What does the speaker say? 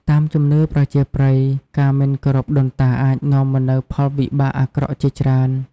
តាមជំនឿប្រជាប្រិយ ការមិនគោរពដូនតាអាចនាំមកនូវផលវិបាកអាក្រក់ជាច្រើន។